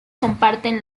comparten